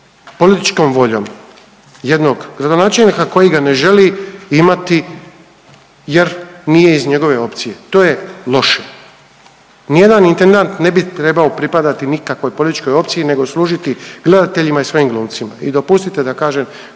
političkom voljom jednog gradonačelnika koji ga ne želi imati jer nije iz njegove opcije. To je loše. Ni jedan intendant ne bi trebao pripadati nikakvoj političkoj opciji nego služiti gledateljima i svojim glumcima. I dopustite da kažem